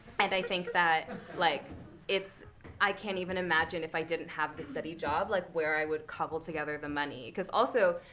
and i think that like it's i can't even imagine, if i didn't have this steady job, like where i would cobble together the money. because also,